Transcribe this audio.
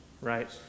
right